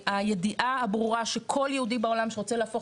הידיעה הברורה שכל יהודי בעולם שרוצה להפוך